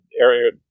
area